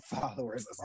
followers